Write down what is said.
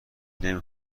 نمی